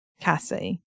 Cassie